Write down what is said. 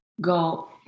go